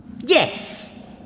Yes